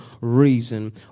reason